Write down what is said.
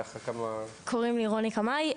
קוראים לי רוני קמאי,